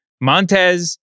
Montez